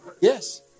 Yes